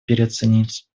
переоценить